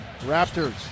Raptors